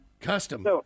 Custom